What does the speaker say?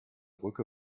brücke